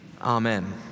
Amen